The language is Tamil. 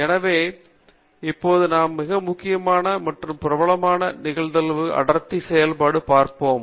எனவே இப்போது நாம் மிக முக்கியமான மற்றும் பிரபலமான நிகழ்தகவு அடர்த்தி செயல்பாடு பார்ப்போம்